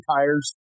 tires